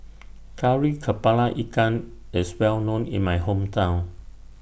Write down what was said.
Kari Kepala Ikan IS Well known in My Hometown